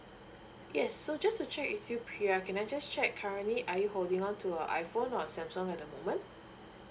yes so just to check with you pria can I just check currently are you holding on to a iphone or samsung at the moment